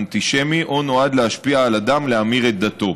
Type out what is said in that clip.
אנטישמי או נועד להשפיע על אדם להמיר את דתו.